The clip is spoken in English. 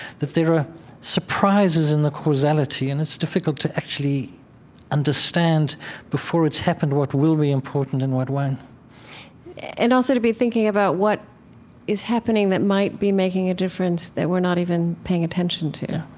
that there are surprises in the causality and it's difficult to actually understand before it's happened what will be important and what won't and also to be thinking about what is happening that might be making a difference that we're not even paying attention to, yeah.